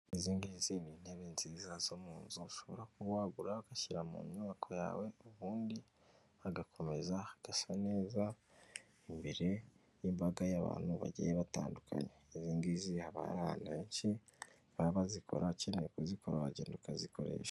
Izi ngizi ni intebe nziza zo mu nzu ushobora kuba wagura ugashyira mu nyubako yawe, ubundi hagakomeza gasa neza imbere y'imbaga y'abantu bagiye batandukanye. Izi ngizi haba hari ahantu henshi bazikora, ukeneye kuzikora wagenda ukazikoresha.